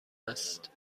است